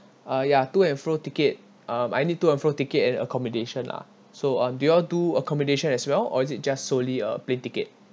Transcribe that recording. uh ya to and fro ticket uh I need to and fro ticket and accommodation lah so uh do you all do accommodation as well or is it just solely a plane ticket